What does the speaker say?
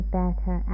better